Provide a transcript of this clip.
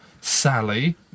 Sally